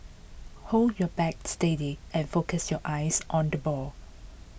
hold your bat steady and focus your eyes on the ball